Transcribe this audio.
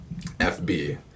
FB